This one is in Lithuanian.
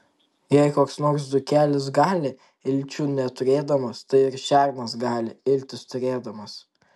jei koks nors dzūkelis gali ilčių neturėdamas tai ir šernas gali iltis turėdamas